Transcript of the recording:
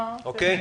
אה, אוקיי.